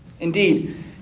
Indeed